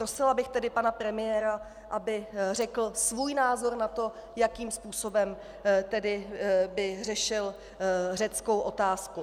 Prosila bych tedy pana premiéra, aby řekl svůj názor na to, jakým způsobem by řešil řeckou otázku.